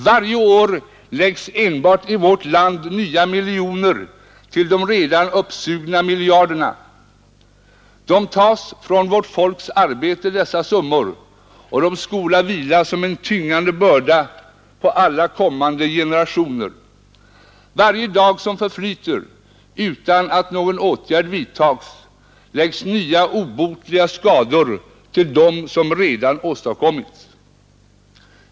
Varje år läggas enbart i vårt land nya miljoner till de redan uppsugna miljarderna. De tagas från vårt folks arbete, dessa summor, och de skola vila som en tyngande börda på alla kommande generationer. Varje dag, som förflyter utan att någon åtgärd vidtages, läggas nya, obotliga skador till dem, som redan åstadkommits.